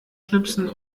schnipsen